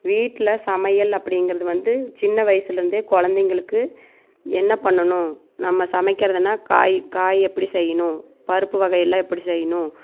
வீட்டில சமையல் அப்படிங்குறது வந்து சின்ன வயசுலிருந்தே குழந்தைங்களுக்கு என்ன பண்ணணும் நம்ம சமைக்குறதுன்னா காய் காய் எப்படி செய்யணும் பருப்பு வகையெல்லாம் எப்படி செய்யணும்